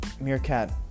Meerkat